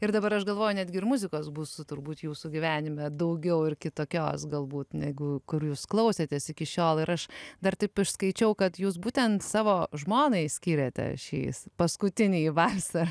ir dabar aš galvoju netgi ir muzikos bus turbūt jūsų gyvenime daugiau ir kitokios galbūt negu kur jūs klausėtės iki šiol ir aš dar taip išskaičiau kad jūs būtent savo žmonai skyrėte šį paskutinį valsą